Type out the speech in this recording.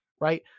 right